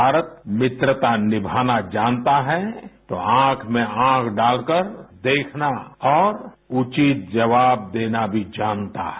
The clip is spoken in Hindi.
भारत मित्रता निभाना जानता है तो आँख में आँख डालकर देखना और उचित जवाब देना भी जानता है